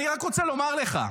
אני רק רוצה לומר לך,